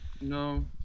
No